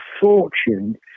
fortune